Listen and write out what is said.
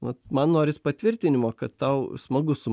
vat man noris patvirtinimo kad tau smagu su